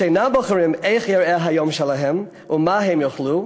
שאינם בוחרים איך ייראה היום שלהם או מה הם יאכלו,